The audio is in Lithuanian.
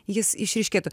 jis išryškėtų